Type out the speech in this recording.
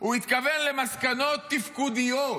הוא התכוון למסקנות תפקודיות.